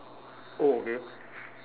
oh okay